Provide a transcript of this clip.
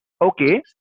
okay